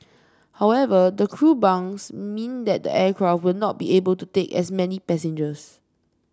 however the crew bunks mean that the aircraft will not be able to take as many passengers